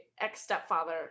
ex-stepfather